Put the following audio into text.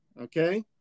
Okay